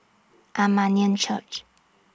Armenian Church